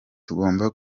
tugomba